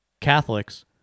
Catholics